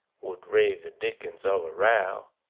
would raise a dickens of a row.